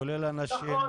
כולל אנשים